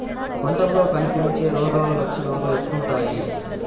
పంటల్లో కనిపించే రోగాలు లక్షణాలు ఎట్లుంటాయి?